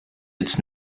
its